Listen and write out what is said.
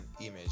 image